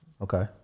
Okay